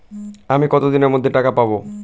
আমি কতদিনের মধ্যে টাকা পাবো?